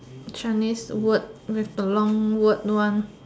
Chinese word with the long word one